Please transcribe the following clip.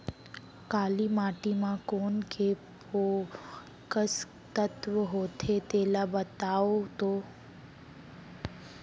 काली माटी म कोन से पोसक तत्व होथे तेला बताओ तो?